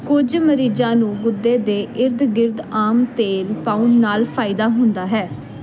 ਕੁਝ ਮਰੀਜ਼ਾਂ ਨੂੰ ਗੁੱਦੇ ਦੇ ਇਰਦ ਗਿਰਦ ਆਮ ਤੇਲ ਪਾਉਣ ਨਾਲ ਫਾਇਦਾ ਹੁੰਦਾ ਹੈ